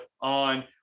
on